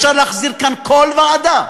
אפשר להחזיר כאן כל ועדה,